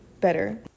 better